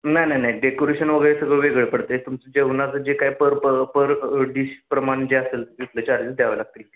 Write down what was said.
नाय नाय नाय डेकोरेशन वगैरे सगळं वेगळं पडते तुमचं जेवणाचं जे काय पर पर पर डिश प्रमाणे जे असेल तिथले चार्जेस द्यावे लागतील